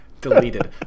Deleted